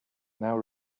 now